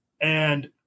and-